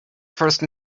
first